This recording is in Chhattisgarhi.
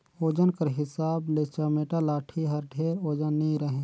ओजन कर हिसाब ले चमेटा लाठी हर ढेर ओजन नी रहें